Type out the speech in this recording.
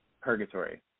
purgatory